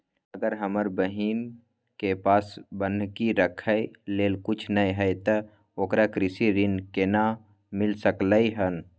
अगर हमर बहिन के पास बन्हकी रखय लेल कुछ नय हय त ओकरा कृषि ऋण केना मिल सकलय हन?